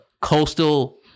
coastal